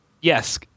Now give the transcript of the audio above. yes